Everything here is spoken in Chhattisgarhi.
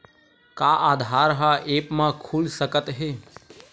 का आधार ह ऐप म खुल सकत हे?